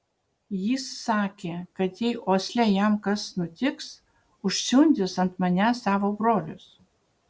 jis sakė kad jei osle jam kas nutiks užsiundys ant manęs savo brolius